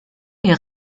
est